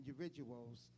individuals